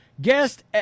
Guest